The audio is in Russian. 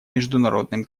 международным